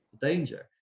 danger